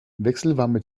wechselwarme